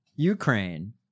Ukraine